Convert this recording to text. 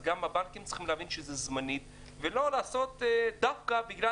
גם הבנקים צריכים להבין שזה זמני ולא לעשות דווקא בגלל